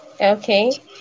Okay